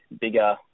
bigger